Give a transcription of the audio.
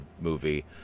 movie